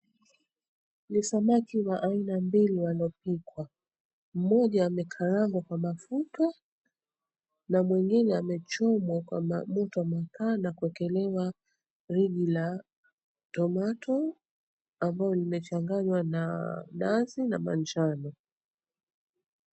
Ni samaki aina mbili wanaopikwa. Mmoja amekarangwa kwa mafuta na mwingine amechomwa kwa moto wa makaa na kuwekelewa rojo la tomato ambalo limechanganywa na nazi na manjano.